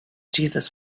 jesus